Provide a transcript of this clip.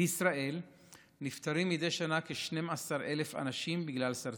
בישראל נפטרים מדי שנה כ-12,000 אנשים בגלל סרטן.